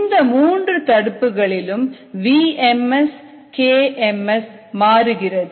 இந்த மூன்று தடுப்புகளிலும் vmskmsமாறுகிறது